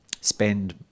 spend